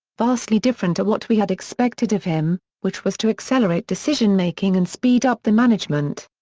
vastly different to what we had expected of him, which was to accelerate decision-making and speed up the management.